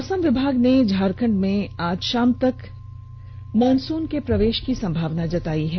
मौसम विभाग ने झारखंड में आज शाम तक मानसून के प्रवेष की संभावना जताई है